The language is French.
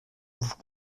vous